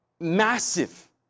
massive